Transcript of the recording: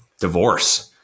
divorce